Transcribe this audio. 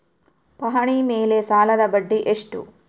ಪಹಣಿ ಮೇಲೆ ಸಾಲದ ಬಡ್ಡಿ ಎಷ್ಟು?